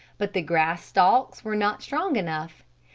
but the grass stalks were not strong enough.